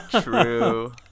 True